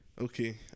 Okay